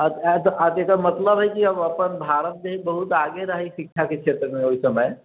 आ जेकर मतलब है की अपन भारत जे है बहुत आगे रहै शिक्षा के क्षेत्र मे ओहि समय